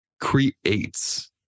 creates